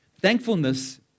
Thankfulness